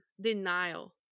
Denial